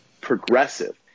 progressive